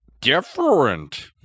different